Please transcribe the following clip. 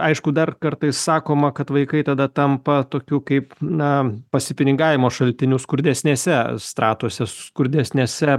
aišku dar kartais sakoma kad vaikai tada tampa tokiu kaip na pasipinigavimo šaltiniu skurdesnėse stratuose skurdesnėse